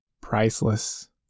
priceless